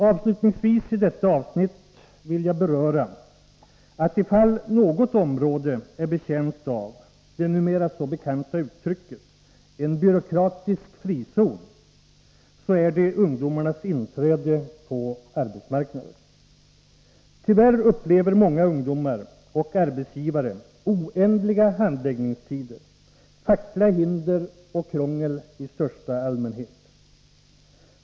Avslutningsvis vill jag i fråga om detta avsnitt beröra, att ifall något område är betjänt av en byråkratisk frizon — det numera så bekanta uttrycket — så är det när det gäller ungdomarnas inträde på arbetsmarknaden. Tyvärr upplever många ungdomar och arbetsgivare oändliga handläggningstider, fackliga hinder och krångel i största allmänhet.